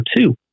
two